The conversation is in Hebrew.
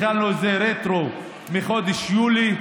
החלנו את זה רטרו מחודש יולי.